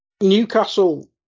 Newcastle